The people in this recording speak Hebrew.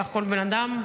בסך הכול בן אדם,